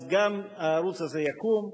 אז גם הערוץ הזה יקום.